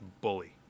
bully